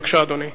בבקשה, אדוני.